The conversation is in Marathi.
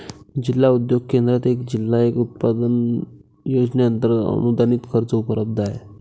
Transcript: जिल्हा उद्योग केंद्रात एक जिल्हा एक उत्पादन योजनेअंतर्गत अनुदानित कर्ज उपलब्ध आहे